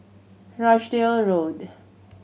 Rochdale Road